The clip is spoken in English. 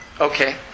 Okay